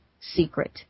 secret